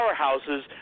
powerhouses